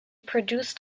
produced